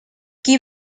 qui